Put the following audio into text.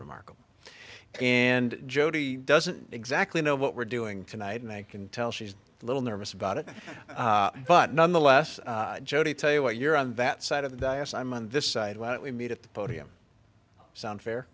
remarkable and jodi doesn't exactly know what we're doing tonight and i can tell she's a little nervous about it but nonetheless jodi tell you what you're on that side of the us i'm on this side when we meet at the podium sound fair